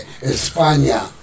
España